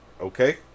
okay